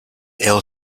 ill